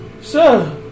Sir